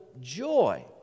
joy